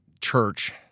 church